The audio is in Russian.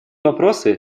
вопросы